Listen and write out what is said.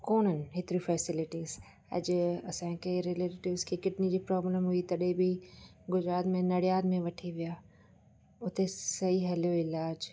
कोन आहिनि हेतिरियूं फैसिलिटीस अॼु असांखे रिलेटिव्स खे किडनी जी प्रॉब्लम हुई तॾैं बि गुजरात में नडियाद में वठी विया उते सही हलियो इलाज